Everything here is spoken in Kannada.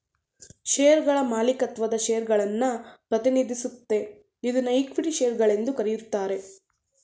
ಶೇರುಗಳ ಮಾಲೀಕತ್ವದ ಷೇರುಗಳನ್ನ ಪ್ರತಿನಿಧಿಸುತ್ತೆ ಇದ್ನಾ ಇಕ್ವಿಟಿ ಶೇರು ಗಳೆಂದು ಕರೆಯುತ್ತಾರೆ